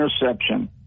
interception